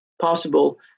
possible